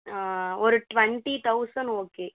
ஆ ஒரு twenty thousand okay